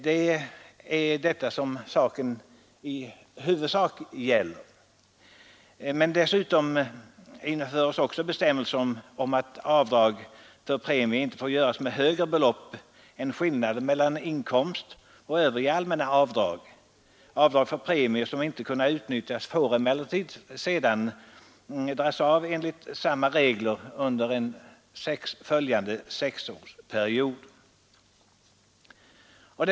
Det är detta som saken gäller. Men nu införs också bestämmelser om att avdrag för premie inte får göras med högre belopp än skillnaden mellan inkomst och övriga allmänna avdrag. I den mån avdrag inte kunnat utnyttjas får emellertid beloppet enligt samma regler dras av vid taxeringen för något av de följande sex åren.